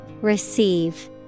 Receive